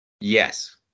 Yes